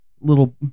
little